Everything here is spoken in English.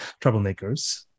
troublemakers